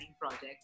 projects